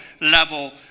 level